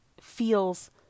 feels